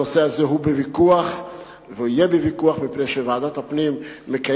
הנושא הזה נמצא בוויכוח והוא יהיה בוויכוח מפני שוועדת הפנים מקיימת